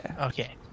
Okay